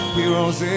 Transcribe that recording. heroes